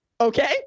Okay